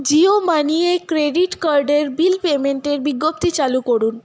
জিও মানিয়ে ক্রেডিট কার্ডের বিল পেমেন্টের বিজ্ঞপ্তি চালু করুন